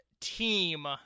team